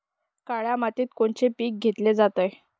काळ्या मातीत कोनचे पिकं घेतले जाते?